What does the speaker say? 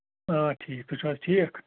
آ ٹھیٖک تُہۍ چھِ حظ ٹھیٖک